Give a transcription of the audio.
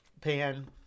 pan